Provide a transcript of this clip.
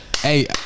hey